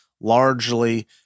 largely